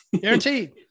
guaranteed